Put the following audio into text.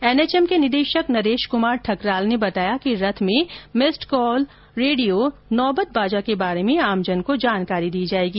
NHM के निदेशक नरेश कुमार ठकराल ने बताया कि रथ में भिस्ड कॉल रेडियो नोबत बाजा के बारे में आमजन को जानेकारी दी जाएगी